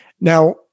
Now